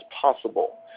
possible